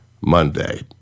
Monday